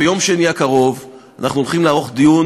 ביום שני הקרוב אנחנו הולכים לערוך דיון,